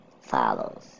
follows